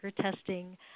testing